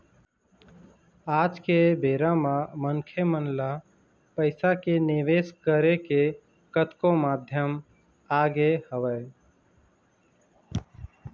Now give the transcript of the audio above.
आज के बेरा म मनखे मन ल पइसा के निवेश करे के कतको माध्यम आगे हवय